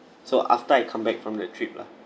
so after I come back from the trip lah